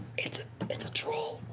it's it's a troll.